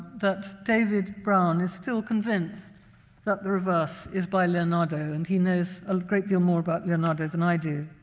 that david brown is still convinced that the reverse is by leonardo, and he knows a great deal more about leonardo than i do.